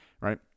right